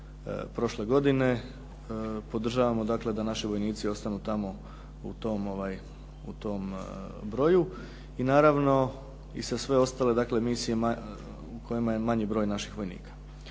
prošle godine. Podržavamo da naši vojnici ostanu tamo u tom broju. I naravno i sa sve ostale misije u kojima je manji broj naših vojnika.